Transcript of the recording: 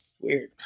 Weird